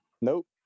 nope